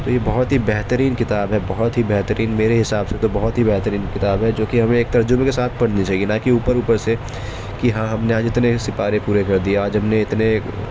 تو یہ بہت ہی بہترین کتاب ہے بہت ہی بہترین میرے حساب سے تو بہت ہی بہترین کتاب ہے جو کہ ہمیں ایک ترجمے کے ساتھ پرھنی چاہیے نہ کہ اوپر اوپر سے کہ ہاں ہم نے آج اتنے سیپارے پورے کر دیے آج ہم نے اتنے